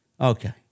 Okay